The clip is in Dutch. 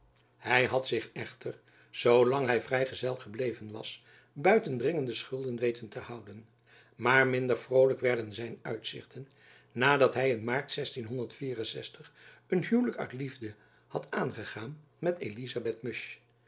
hy had zich echter zoo lang hy vrij gezel gebleven was buiten dringende schulden weten te houden maar minder vrolijk werden zijn uitzichten na dat hy een aar een huwelijk uit liefde had aangegaan met elizabeth musch